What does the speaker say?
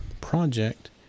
project